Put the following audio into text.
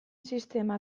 sistema